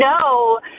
no